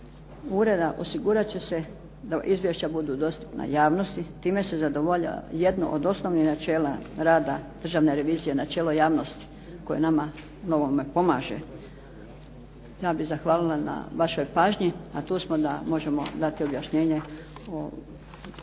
ureda osigurat će se da izvješća budu dostupna javnosti. time se zadovoljava jedno od osnovnih načela rada Državne revizije načelo javnosti, koje nama u mnogome pomaže. Ja bih zahvalila vašoj pažnji, a tu smo da možemo dati objašnjenje